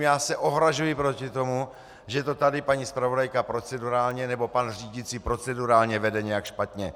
Já se ohrazuji proti tomu, že to tady paní zpravodajka procedurálně nebo pan řídící procedurálně vede nějak špatně.